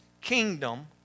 kingdom